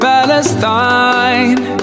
Palestine